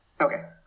Okay